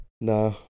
No